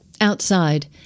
Outside